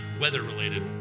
weather-related